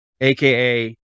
aka